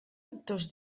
actors